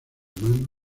manos